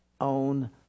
own